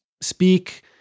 speak